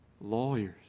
lawyers